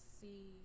See